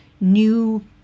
new